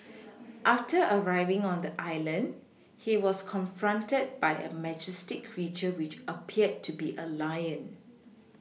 after arriving on the island he was confronted by a majestic creature which appeared to be a Lion